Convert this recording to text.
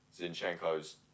Zinchenko's